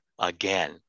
Again